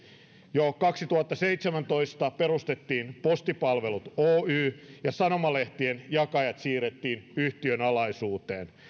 jo kaksituhattaseitsemäntoista perustettiin posti palvelut oy ja sanomalehtien jakajat siirrettiin yhtiön alaisuuteen